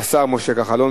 השר משה כחלון,